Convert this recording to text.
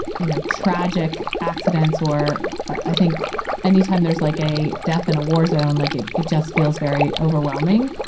you know, tragic accidents or i think anytime there's like a death in a war zone like it, it just feels very overwhelming.